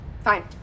Fine